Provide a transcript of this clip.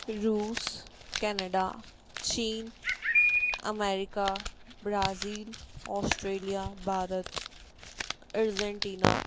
रूस केनेडा चीन America Brazil Australia Bharat Argentina